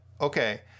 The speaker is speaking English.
Okay